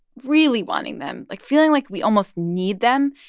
really wanting them, like, feeling like we almost need them,